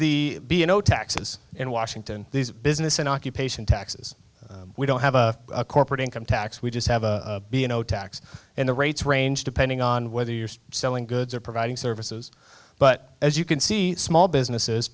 know taxes in washington these business and occupation taxes we don't have a corporate income tax we just have a b and o tax and the rates range depending on whether you're selling goods or providing services but as you can see small businesses